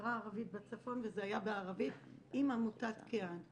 לחברה הערבית בצפון וזה היה בערבית עם עמותת כיאן.